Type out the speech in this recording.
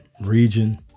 region